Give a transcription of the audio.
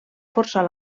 forçar